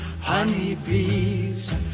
honeybees